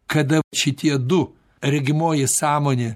kada šitie du regimoji sąmonė